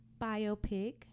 biopic